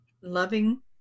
loving